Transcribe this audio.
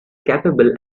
capable